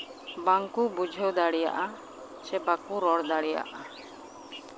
ᱵᱟᱝᱠᱚ ᱵᱩᱡᱷᱟᱹᱣ ᱫᱟᱲᱮᱭᱟᱜᱼᱟ ᱥᱮ ᱵᱟᱠᱚ ᱨᱚᱲ ᱫᱟᱲᱮᱭᱟᱜᱼᱟ